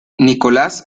nicholas